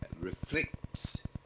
reflects